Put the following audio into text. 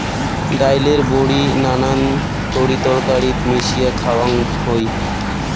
ডাইলের বড়ি নানান তরিতরকারিত মিশিয়া খাওয়াং হই